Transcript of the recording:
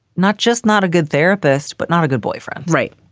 not just not a good therapist, but not a good boyfriend. right.